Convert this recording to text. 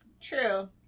True